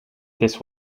this